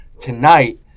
Tonight